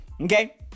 Okay